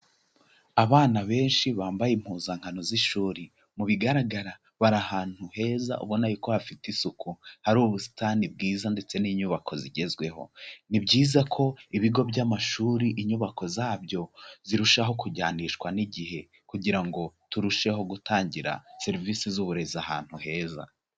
Abana benshi bambaye impuzankano z'ishuri mu bigaragara bari ahantu heza ubona y'uko hafite isuku, hari ubusitani bwiza ndetse n'inyubako zigezweho, ni byiza ko ibigo by'amashuri inyubako zabyo zirushaho kujyanishwa n'igihe kugira ngo turusheho gutangira serivisi z'uburezi ahantu heza.